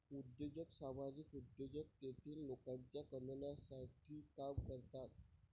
उद्योजक सामाजिक उद्योजक तेतील लोकांच्या कल्याणासाठी काम करतात